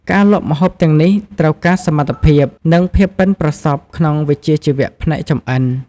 ការលក់ម្ហូបទាំងនេះ ត្រូវការសមត្ថភាព និងភាពប៉ិនប្រសប់ក្នុងវិជ្ជាជីវៈផ្នែកចម្អិន។